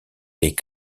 est